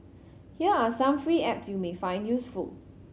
here are some free apps you may find useful